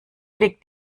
liegt